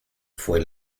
fue